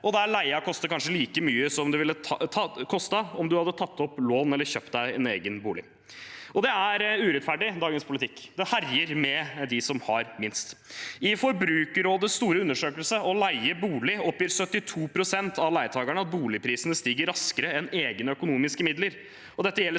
og der leien koster kanskje like mye som det ville ha kostet om en hadde tatt opp lån og kjøpt en egen bolig. Dagens politikk er urettferdig, dette herjer med dem som har minst. I Forbrukerrådets store undersøkelse «Å leie bolig» oppgir 72 pst. av leietakerne at boligprisene stiger raskere enn egne økonomiske midler,